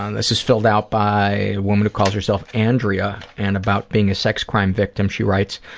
and this is filled out by a woman who calls herself andrea and about being a sex crime victim, she writes,